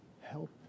Help